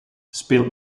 speelt